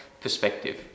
perspective